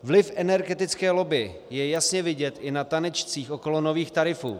Vliv energetické lobby je jasně vidět i na tanečcích okolo nových tarifů.